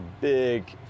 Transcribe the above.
big